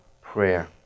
prayer